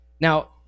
Now